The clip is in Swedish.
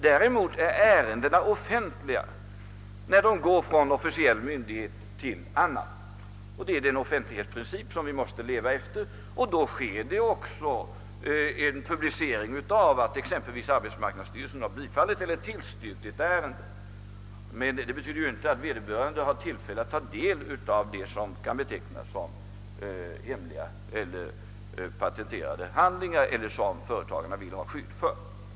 Däremot är ärendena offentliga när de går från en myndighet till en annan, och denna offentlighetsprincip måste vi efterleva. Om exempelvis arbetsmarknadsstyrelsen har bifallit eller tillstyrkt ett ärende publiceras detta beslut, men det betyder inte att allmänheten har tillfälle att taga del av sådant som kan betecknas som affärshemligheter, vilka respektive företag vill ha skyddade från offentlig insyn.